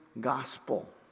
gospel